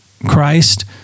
Christ